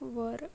वर